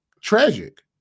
tragic